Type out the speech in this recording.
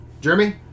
Jeremy